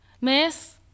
Miss